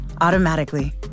automatically